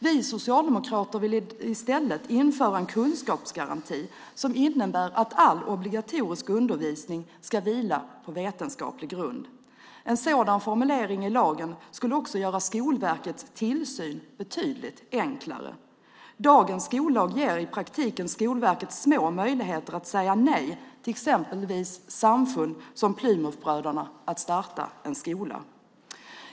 Vi socialdemokrater vill i stället införa en kunskapsgaranti som innebär att all obligatorisk undervisning ska vila på vetenskaplig grund. En sådan formulering i lagen skulle också göra Skolverkets tillsyn betydligt enklare. Dagens skollag ger i praktiken Skolverket små möjligheter att säga nej till exempelvis samfund som Plymouthbröderna när de vill starta en skola.